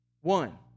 one